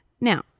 Now